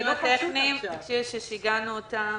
הייתי שמח אם לקרוא אותו יותר בעיון.